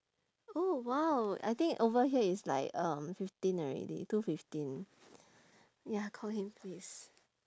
oh !wow! I think over here is like um fifteen already two fifteen ya call him please